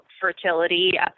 fertility